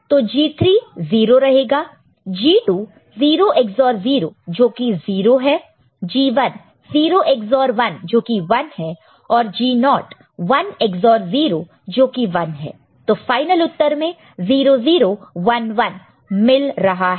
तो G3 0 रहेगा G2 0 XOR 0 जोकि 0 है G1 0 XOR 1 जोकि 1 है और G0 1 XOR 0 जोकि 1 है तो फाइनल उत्तर में 0 0 1 1 मिल रहा है